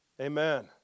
Amen